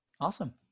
awesome